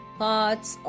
parts